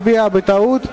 הצבעתי בטעות בעד.